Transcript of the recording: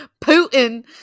Putin